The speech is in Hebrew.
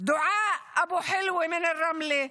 דועאא אבו חלאווה מרמלה,